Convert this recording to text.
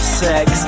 sex